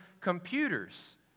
computers